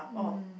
mm